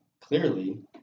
clearly